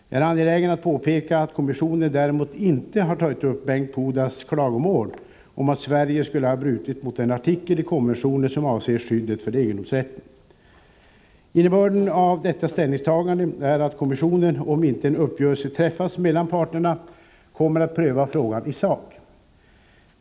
Jag är angelägen att påpeka att kommissionen däremot inte har tagit upp Bengt Pudas klagomål om att Sverige skulle ha brutit mot den artikel i konventionen som avser skyddet för egendomsrätten. Innebörden av detta ställningstagande är att kommissionen, om inte en uppgörelse träffas mellan parterna, kommer att pröva frågan i sak.